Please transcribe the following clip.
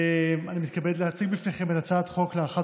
אני מתכבד להציג בפניכם את הצעת חוק להארכת